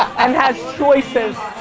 and has choices,